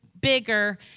bigger